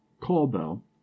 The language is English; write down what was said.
call-bell